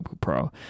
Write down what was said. Pro